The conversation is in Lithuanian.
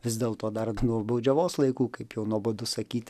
vis dėlto dar nuo baudžiavos laikų kaip jau nuobodu sakyti